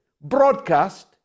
broadcast